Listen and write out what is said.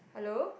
hello